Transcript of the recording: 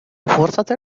فرصة